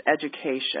education